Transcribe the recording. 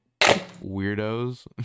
weirdos